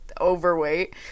overweight